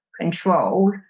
control